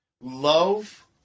love